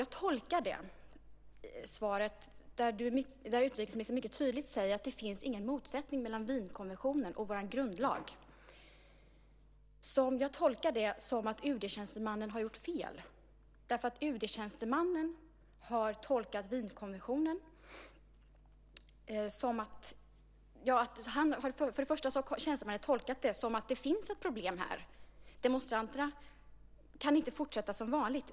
Jag tolkar det utrikesministern säger i svaret om att det inte finns någon motsättning mellan Wienkonventionen och vår grundlag som att UD-tjänstemannen har gjort fel. Tjänstemannen har tolkat det som att det finns ett problem här. Demonstranterna kan inte fortsätta som vanligt.